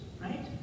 right